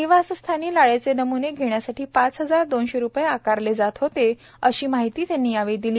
निवासस्थानी लाळेचे नम्णे घेण्यासाठी पाच हजार दोनशे रुपये आकारले जात होते अशी माहितीही त्यांनी यावेळी दिली